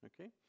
Okay